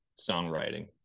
songwriting